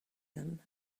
them